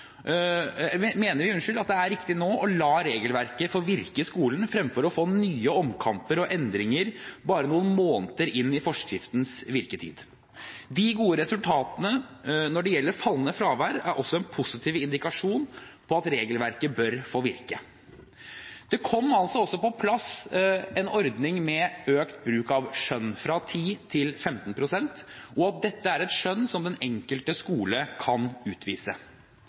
vi det er riktig nå å la regelverket få virke i skolen, fremfor nye omkamper og endringer bare noen måneder inn i forskriftens virketid. De gode resultatene når det gjelder fallende fravær, er også en positiv indikasjon på at regelverket bør få virke. Det kom altså på plass en ordning med økt bruk av skjønn, fra 10 pst. til 15 pst. Dette er et skjønn som den enkelte skole kan utvise.